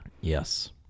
yes